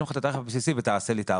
לך את התעריף הבסיסי ותעשה לי את העבודה.